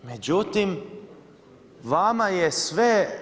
Međutim, vama je sve.